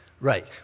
Right